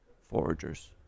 foragers